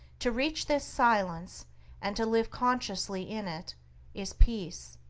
to reach this silence and to live consciously in it is peace.